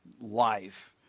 life